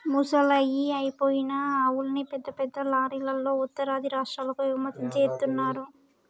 ముసలయ్యి అయిపోయిన ఆవుల్ని పెద్ద పెద్ద లారీలల్లో ఉత్తరాది రాష్టాలకు ఎగుమతి జేత్తన్నరు